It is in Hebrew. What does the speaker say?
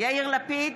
יאיר לפיד,